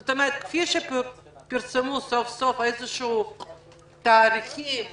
זאת אומרת, כפי שפרסמו סוף-סוף תאריכים כלשהם,